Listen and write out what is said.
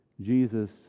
Jesus